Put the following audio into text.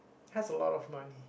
have a lot of money